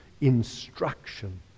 instruction